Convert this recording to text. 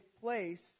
place